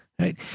Right